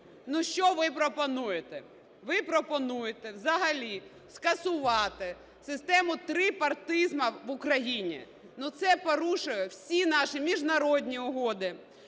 Ну що ви пропонуєте? Ви пропонуєте взагалі скасувати систему трипартизму в Україні. Ну, це порушує всі наші міжнародні угоди.